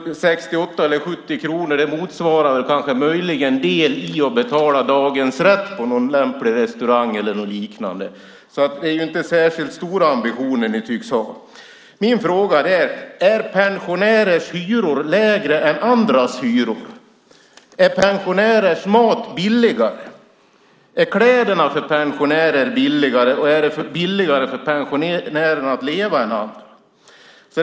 68 eller 70 kronor motsvarar möjligen en del av dagens rätt på någon lämplig restaurang eller liknande. Ni tycks alltså inte ha särskilt stora ambitioner. Min fråga är om pensionärers hyror är lägre än andras hyror. Är pensionärers mat och kläder billigare? Är det billigare för pensionärer att leva än för andra?